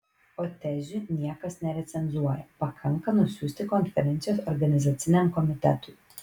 o tezių niekas nerecenzuoja pakanka nusiųsti konferencijos organizaciniam komitetui